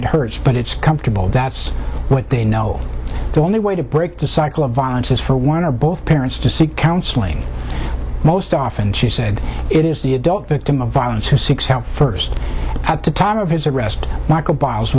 it hurts but it's comfortable that's what they know the only way to break the cycle of violence is for one or both parents to seek counseling most often she said it is the adult victim of violence who six how first at the time of his arrest michael b